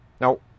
now